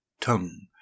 tongue